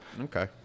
Okay